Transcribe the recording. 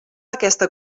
aquesta